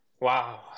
wow